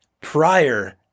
prior